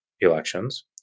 elections